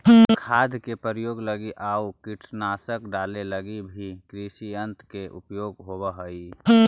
खाद के प्रयोग लगी आउ कीटनाशक डाले लगी भी कृषियन्त्र के उपयोग होवऽ हई